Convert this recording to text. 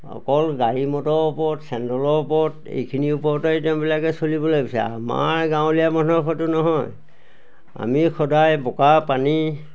অকল গাড়ী মটৰৰ ওপৰত চেণ্ডেলৰ ওপৰত এইখিনি ওপৰতে তেওঁবিলাকে চলিবলৈ বিচাৰে আমাৰ গাঁৱলীয়া মানুহৰ সেইটো নহয় আমি সদায় বোকা পানী